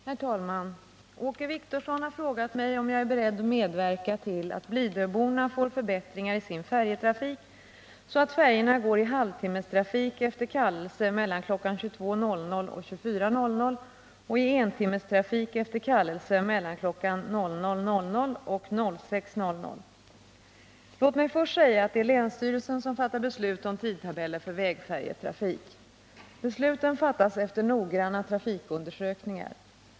Herr talman! Åke Wictorsson har frågat mig om jag är beredd medverka till att blidöborna får förbättringar i sin färjetrafik så att färjorna går i halvtimmestrafik efter kallelse mellan kl. 22.00 och 24.00 och i entimmestrafik efter kallelse mellan kl. 00.00 och 06.00. Låt mig först säga att det är länsstyrelsen som fattar beslut om tidtabeller för vägfärjetrafik. Besluten fattas efter noggranna trafikundersökningar.